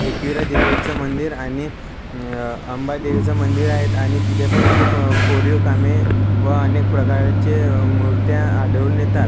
एकविरा देवीचं मंदिर आणि अंबा देवीचं मंदिर आहेत आणि तिथे पण खूप कोरीव कामे व अनेक प्रकारचे मूर्त्या आढळून येतात